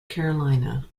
carolina